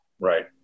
Right